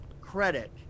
credit